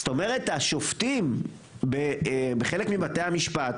זאת אומרת, השופטים בחלק מבתי המשפט